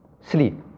sleep